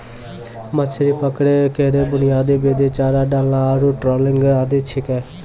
मछरी पकड़ै केरो बुनियादी विधि चारा डालना आरु ट्रॉलिंग आदि छिकै